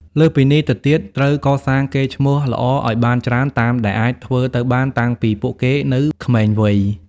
លើសពីនេះទៅទៀត ត្រូវកសាងកេរ្ដិ៍ឈ្មោះល្អឱ្យបានច្រើនតាមដែលអាចធ្វើទៅបានតាំងពីពួកគេនៅក្មេងវ័យ។